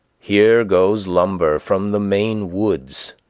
here goes lumber from the maine woods,